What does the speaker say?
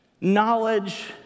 knowledge